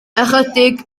ychydig